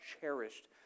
cherished